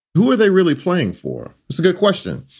who are they really playing for? it's a good question.